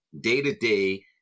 day-to-day